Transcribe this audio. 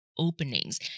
openings